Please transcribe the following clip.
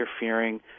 interfering